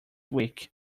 week